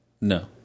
No